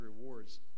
rewards